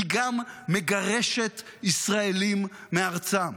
היא גם מגרשת ישראלים מארצם.